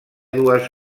dues